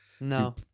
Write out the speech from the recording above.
No